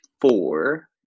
four